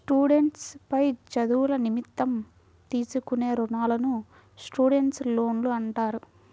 students పై చదువుల నిమిత్తం తీసుకునే రుణాలను స్టూడెంట్స్ లోన్లు అంటారు